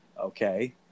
okay